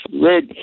red